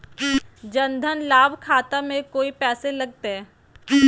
जन धन लाभ खाता में कोइ पैसों लगते?